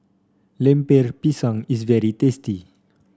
Lemper Pisang is very tasty